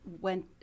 went